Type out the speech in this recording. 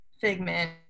Figment